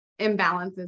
imbalances